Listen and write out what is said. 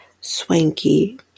Swanky